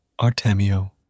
Artemio